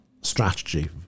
strategy